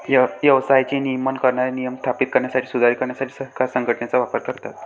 व्यवसायाचे नियमन करणारे नियम स्थापित करण्यासाठी, सुधारित करण्यासाठी सरकारे संघटनेचा वापर करतात